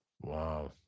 Wow